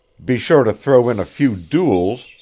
be sure to throw in a few duels,